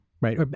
right